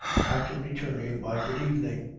after returning my good evening.